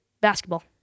basketball